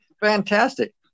fantastic